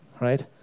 right